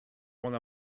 one